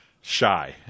shy